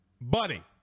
Buddy